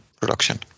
production